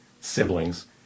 siblings